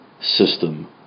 system